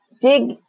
dig